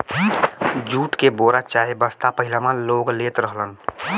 jute के बोरा चाहे बस्ता पहिलवां लोग लेत रहलन